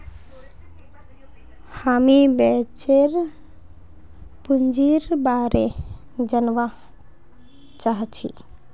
हामीं वेंचर पूंजीर बारे जनवा चाहछी